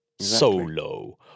Solo